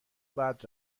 بعد